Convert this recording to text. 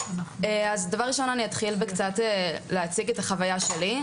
אז דבר ראשון אני אתחיל בלהציג קצת את החוויה שלי.